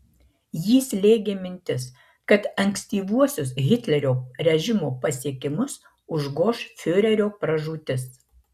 jį slėgė mintis kad ankstyvuosius hitlerio režimo pasiekimus užgoš fiurerio pražūtis